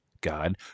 God